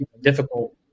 difficult